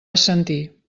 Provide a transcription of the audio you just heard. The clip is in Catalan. assentir